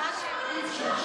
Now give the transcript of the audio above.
הצבעה שמית.